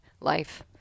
life